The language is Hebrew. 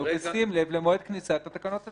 ובשים לב למועד כניסת התקנות לתוקף.